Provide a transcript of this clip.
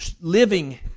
living